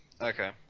Okay